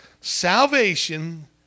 salvation